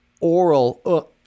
oral